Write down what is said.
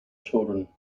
children